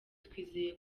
twizeye